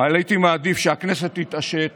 אבל הייתי מעדיף שהכנסת תתעשת